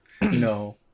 no